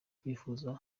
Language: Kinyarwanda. kwifuza